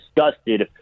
disgusted